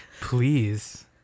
Please